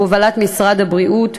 בהובלת משרד הבריאות.